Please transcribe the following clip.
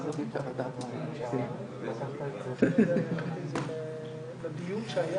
האגודה למלחמה בסרטן בעצם התחילה כבר בשנות התשעים עם בדיקות שד